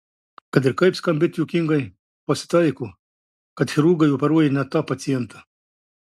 kad ir kaip skambėtų juokingai pasitaiko kad chirurgai operuoja ne tą pacientą